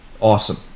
Awesome